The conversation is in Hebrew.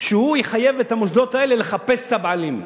שהוא יחייב את המוסדות האלה לחפש את הבעלים.